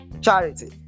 charity